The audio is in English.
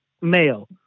male